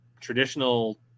traditional